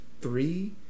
three